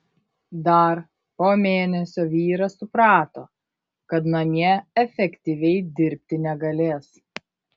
dar po mėnesio vyras suprato kad namie efektyviai dirbti negalės